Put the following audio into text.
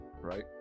right